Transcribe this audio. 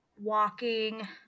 walking